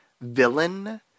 villain